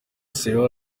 sierra